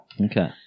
okay